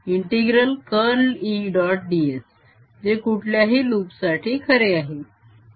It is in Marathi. ds जे कुठल्याही लूप साठी खरे आहे